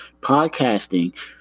Podcasting